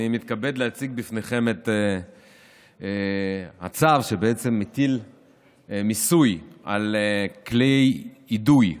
אני מתכבד להציג בפניכם את הצו שבעצם מטיל מיסוי על כלי אידוי,